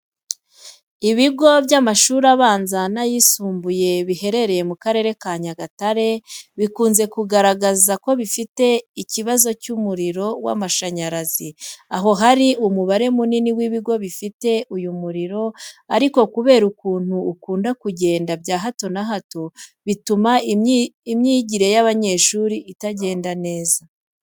Ibigo bw'amashuri abanza n'ayisumbuye biherereye mu karere ka Nyagatare bikunze kugaragaza ko bifite ikibazo cy'umuriro w'amashanyarazi, aho hari umubare munini w'ibigo bifite uyu muriro ariko kubera ukuntu ukunda kugenda bya hato na hato bituma imyigire y'abanyeshuri itagenda neza.